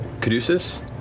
Caduceus